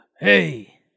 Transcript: Hey